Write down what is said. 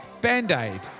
Band-Aid